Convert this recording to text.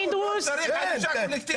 דיברתי על ענישה קולקטיבית.